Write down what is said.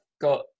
got